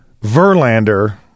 Verlander